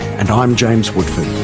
and i'm james woodford